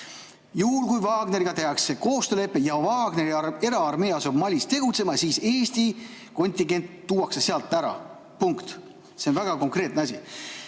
juhul, kui Wagneriga tehakse koostöölepe ja Wagneri eraarmee asub Malis tegutsema, tuuakse Eesti kontingent sealt ära. Punkt. See on väga konkreetne asi.